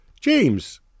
James